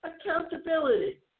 Accountability